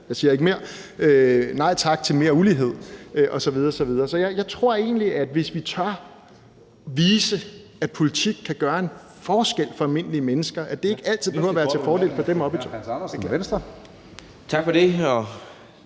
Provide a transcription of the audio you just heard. jeg siger ikke mere! – og nej tak til mere ulighed osv. osv. Så jeg tror egentlig, at hvis vi tør vise, at politik kan gøre en forskel for almindelige mennesker, og at det ikke altid behøver at være til fordel for dem oppe i